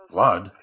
Blood